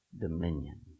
dominion